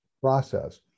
process